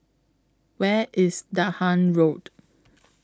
Where IS Dahan Road